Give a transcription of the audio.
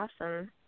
Awesome